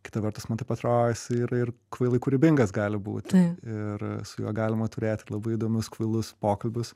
kita vertus man taip atrodo jisai ir ir kvailai kūrybingas gali būti ir su juo galima turėti labai įdomius kvailus pokalbius